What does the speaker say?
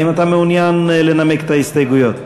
האם אתה מעוניין לנמק את ההסתייגויות?